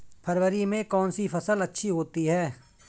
फरवरी में कौन सी फ़सल अच्छी होती है?